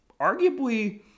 Arguably